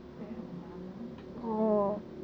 所以很难做